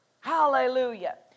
Hallelujah